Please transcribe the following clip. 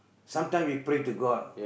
sometimes we pray to god